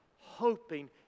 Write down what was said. hoping